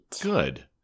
Good